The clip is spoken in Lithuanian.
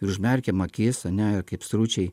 ir užmerkiam akis ane ir kaip stručiai